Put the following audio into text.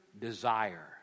desire